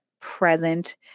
present